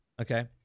Okay